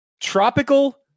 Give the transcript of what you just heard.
Tropical